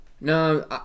No